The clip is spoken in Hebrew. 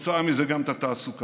כתוצאה מזה, גם את התעסוקה.